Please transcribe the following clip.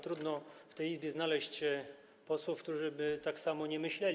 Trudno w tej Izbie znaleźć posłów, którzy by tak samo nie myśleli.